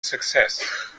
success